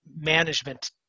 management